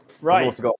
Right